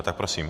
Tak prosím.